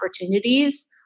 opportunities